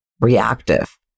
reactive